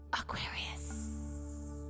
Aquarius